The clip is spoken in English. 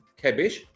cabbage